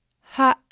Ha